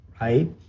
right